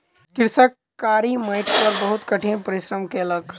कृषक कारी माइट पर बहुत कठिन परिश्रम कयलक